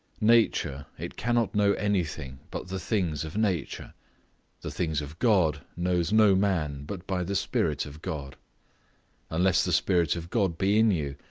nature, it cannot know anything but the things of nature the things of god knows no man but by the spirit of god unless the spirit of god be in you,